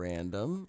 Random